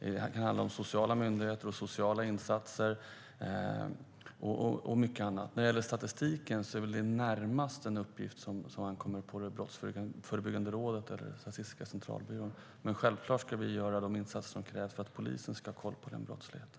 Det kan handla om sociala myndigheter, sociala insatser och mycket annat. När det gäller statistiken är det väl närmast en uppgift som ankommer på Brottsförebyggande rådet eller Statistiska centralbyrån. Men självklart ska vi göra de insatser som krävs för att polisen ska ha koll på den brottsligheten.